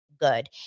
good